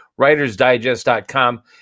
writersdigest.com